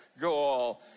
goal